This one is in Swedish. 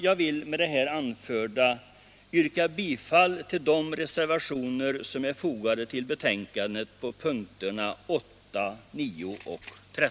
Jag vill med det här anförda yrka bifall till reservationerna 8, 9 och 13, som är fogade till betänkandet.